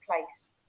place